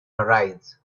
arise